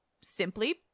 simply